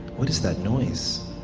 what is that noise?